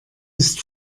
ist